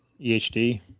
EHD